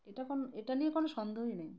এটা কোন এটা নিয়ে কোনো সন্দেহই নেই